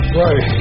right